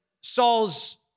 Saul's